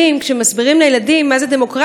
כשמסבירים לילדים מה זה דמוקרטיה,